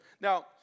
Now